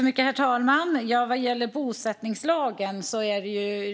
Herr talman!